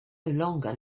longer